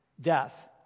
death